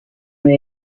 may